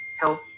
help